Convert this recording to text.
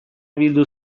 bildu